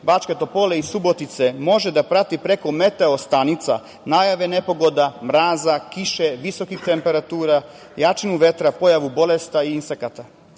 Bačke Topole i Subotice može da prati preko meteo stanica najave nepogoda, mraza, kiše, visokih temperatura, jačanju vetra, pojavu bolesti i insekata. Nema